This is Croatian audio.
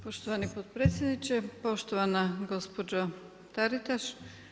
Poštovani potpredsjedniče, poštovana gospođo Taritaš.